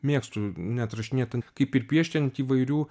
mėgstu net rašinėt kaip ir piešti ant įvairių